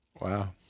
wow